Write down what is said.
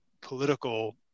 political